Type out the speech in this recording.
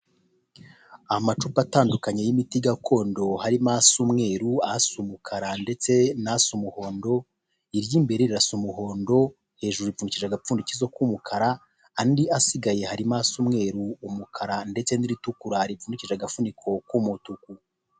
Amacupa atandukanye y'imiti gakondo harimo harimo asa umweru, asa umukara ndetse n'asa umuhondo, iry'imbere rirasa umuhondo, hejuru ripfundikishije agapfundikizo k'umukara, andi asigaye harimo asa umweru, umukara ndetse n'iritukura, ripfundikishije agafuniko k'umutuku.